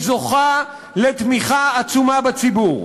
היא זוכה לתמיכה עצומה בציבור: